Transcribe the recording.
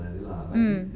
mm